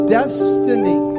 destiny